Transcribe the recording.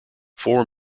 four